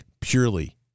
purely